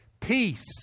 peace